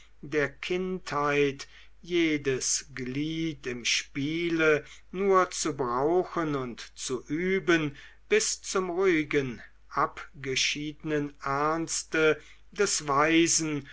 der kindheit jedes glied im spiele nur zu brauchen und zu üben bis zum ruhigen abgeschiedenen ernste des weisen